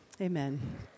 Amen